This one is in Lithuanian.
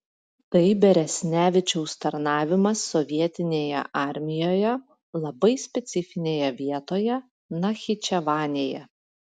tai beresnevičiaus tarnavimas sovietinėje armijoje labai specifinėje vietoje nachičevanėje